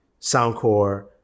Soundcore